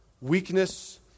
weakness